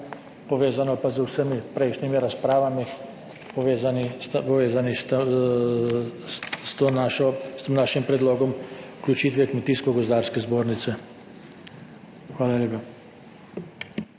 povezano pa z vsemi prejšnjimi razpravami povezani, povezani s tem našim predlogom vključitve Kmetijsko gozdarske zbornice. Hvala lepa.